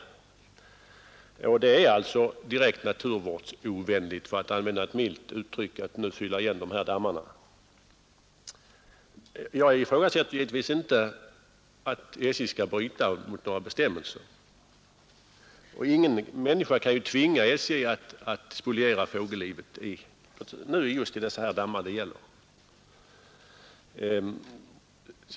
Att fylla igen dammarna är alltså direkt naturvårdsovänligt — för att nu använda ett milt uttryck. Jag menar givetvis inte att SJ skall bryta mot några bestämmelser, men ingen människa kan heller tvinga SJ att spoliera fågellivet i de dammar det här gäller.